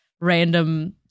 random